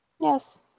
Yes